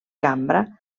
cambra